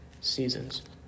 seasons